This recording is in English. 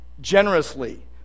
generously